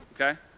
okay